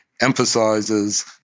Emphasizes